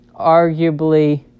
arguably